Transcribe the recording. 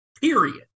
period